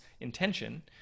intention